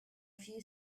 few